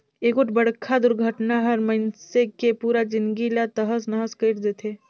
एगोठ बड़खा दुरघटना हर मइनसे के पुरा जिनगी ला तहस नहस कइर देथे